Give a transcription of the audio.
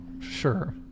Sure